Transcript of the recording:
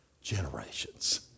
generations